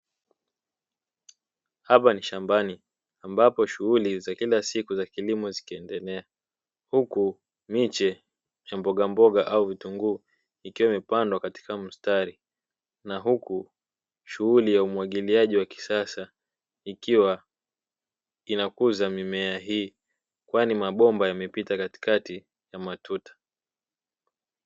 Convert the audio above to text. Hapa ni shambani ambapo shughuli za kila siku za kilimo zikiendelea, huku miche ya mbogamboga au vitunguu ikiwa imepandwa katika mstari na huku, shughuli ya umwagiliaji wa kisasa ikiwa inakuza mimea hii, kwani mabomba yamepita katika ya matuta.